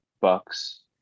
Bucks